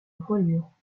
voilure